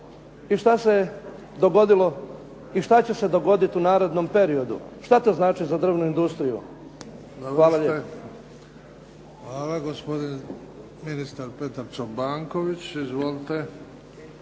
i šta će se dogoditi u narednom periodu. Šta to znači za drvnu industriju? Hvala lijepa. **Bebić, Luka (HDZ)** Hvala. Gospodin ministar Petar Čobanković. Izvolite.